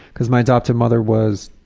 because my adoptive mother was